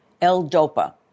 L-Dopa